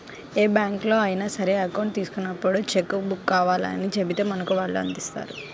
ఏ బ్యాంకులో అయినా సరే అకౌంట్ తీసుకున్నప్పుడే చెక్కు బుక్కు కావాలని చెబితే మనకు వాళ్ళు అందిస్తారు